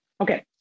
Okay